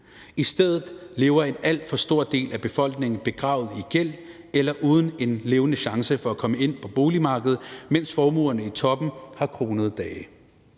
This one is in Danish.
I stedet lever en alt for stor del af befolkningen begravet i gæld eller uden en levende chance for at komme ind på boligmarkedet, mens formuerne i toppen har kronede dage.